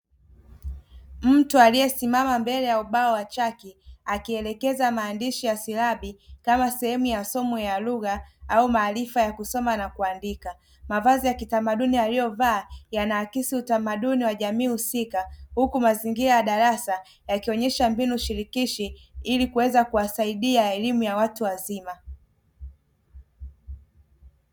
Mtu aliyesimama mbele ya ubao wa chaki akielekeza maandishi ya silabi kama sehemu ya somo ya lugha au maarifa ya kusoma na kundika. Mavazi ya kitamaduni aliyovaa yanaakisi utamaduni wa jamii husika; huku mazingira ya darasa yakionyesha mbinu shirikishi ili kuweza kuwasaidia elimu ya watu wazima.